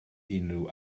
unrhyw